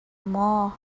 maw